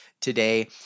today